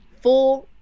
four